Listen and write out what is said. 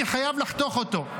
הייתי חייב לחתוך אותו.